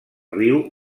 riu